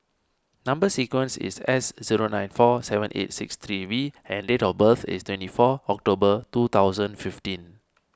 Number Sequence is S zero nine four seven eight six three V and date of birth is twenty four October two thousand fifteen